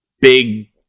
big